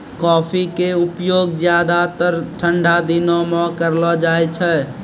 coffee के उपयोग ज्यादातर ठंडा दिनों मॅ करलो जाय छै